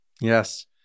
Yes